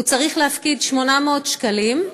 הוא צריך להפקיד 800 שקלים,